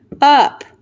up